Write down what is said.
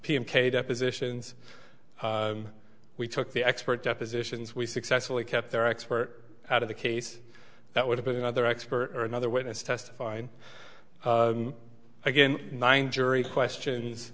p m k depositions we took the expert depositions we successfully kept their expert out of the case that would have been another expert or another witness testifying again nine jury questions